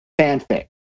fanfic